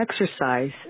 exercise